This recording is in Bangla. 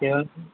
ঠিক আছে